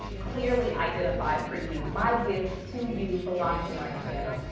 clearly identify for you. my gift to you for watching my channel.